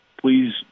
please